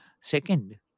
Second